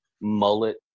mullet